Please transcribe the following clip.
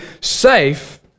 safe